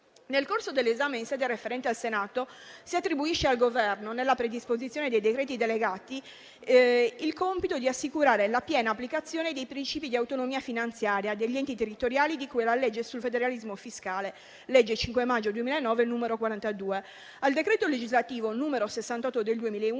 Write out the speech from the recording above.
Nel corso dell'esame in sede referente al Senato si attribuisce al Governo, nella predisposizione dei decreti delegati, il compito di assicurare la piena applicazione dei principi di autonomia finanziaria degli enti territoriali, di cui alla legge sul federalismo fiscale (legge 5 maggio 2009, n. 42), al decreto legislativo n. 68 del 2011,